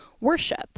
worship